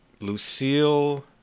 Lucille